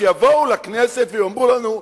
שיבואו לכנסת ויאמרו לנו,